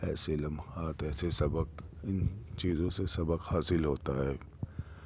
ایسے لمحات ایسے سبق ان چیزوں سے سبق حاصل ہوتا ہے